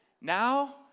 now